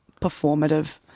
performative